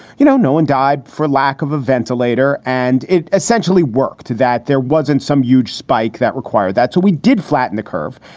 you know, no one died for lack of a ventilator. and it essentially worked that there wasn't some huge spike that required. that's what we did, flatten the curve.